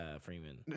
Freeman